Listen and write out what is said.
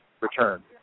return